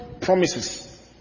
promises